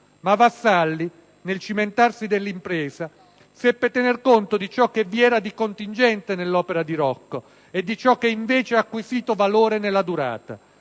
Ma Vassalli, nel cimentarsi nell'impresa, seppe tener conto di ciò che vi era di contingente nell'opera di Rocco e di ciò che invece ha acquisito valore nella durata.